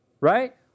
Right